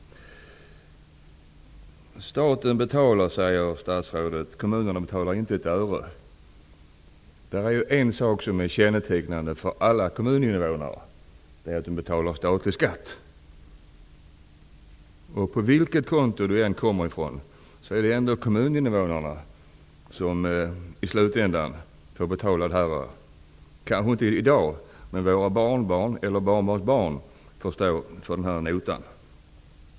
Staten betalar, säger statsrådet. Kommunerna betalar inte ett öre. Det finns en sak som kännetecknar alla kommuninvånare. Det är att de betalar statlig skatt. Vilket konto pengarna än kommer ifrån är det ändå kommuninvånarna som får betala detta i slutänden. Det kanske inte blir i dag, men våra barnbarn eller barnbarnsbarn får stå för den här notan.